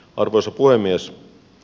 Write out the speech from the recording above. arvoisa puhemies